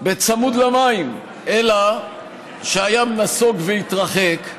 צמוד למים, אלא שהים נסוג והתרחק,